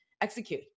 execute